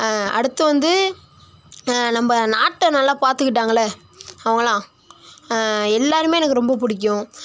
அடுத்து வந்து நம்ம நாட்டை நல்லா பார்த்துக்கிட்டாங்களே அவங்களாம் எல்லாேருமே எனக்கு ரொம்ப பிடிக்கும்